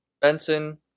Benson